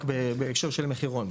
רק בהקשר של מחירון,